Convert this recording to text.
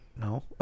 No